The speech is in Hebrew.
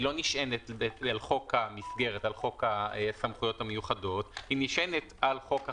לא נשענת על חוק הסמכויות המיוחדות אלא נשענת על חוק אחר.